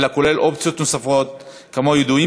אלא כולל אופציות נוספות כמו ידועים